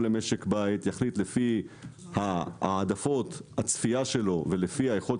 בית יחליט לפי העדפות הצפייה שלו ולפי היכולת